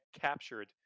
captured